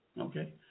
Okay